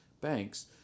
banks